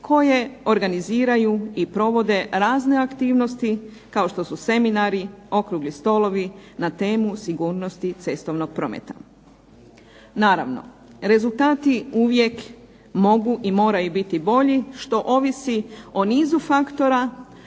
koje organiziraju i provode razne aktivnosti kao što su seminari, okrugli stolovi, na temu sigurnosti cestovnog prometa. Naravno, rezultati uvijek mogu i moraju biti bolji što ovisi o nizu faktora,